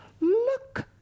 Look